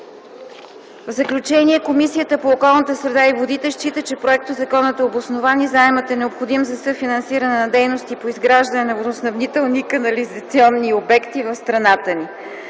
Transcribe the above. В заключение, Комисията по околната среда и водите счита, че проектозаконът е обоснован и заемът е необходим за съфинансиране на дейности по изграждане на водоснабдителни и канализационни обекти в страната ни.